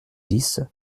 dix